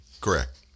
Correct